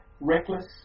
reckless